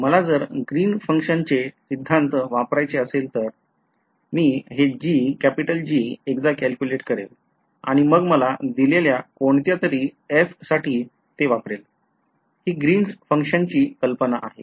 मला जर Green's function चे सिद्धांत वापरायचे असेल तर मी हे G एकदा calculate करेल आणि मग मला दिलेल्या कोणत्यातरी f साठी ते वापरेल हि ग्रीन्स function ची कल्पना आहे